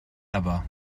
aber